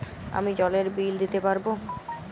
আমি জলের বিল দিতে পারবো?